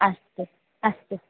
अस्तु अस्तु